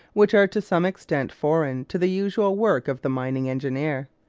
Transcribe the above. which are to some extent foreign to the usual work of the mining engineer.